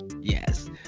Yes